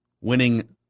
winning